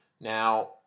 Now